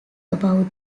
above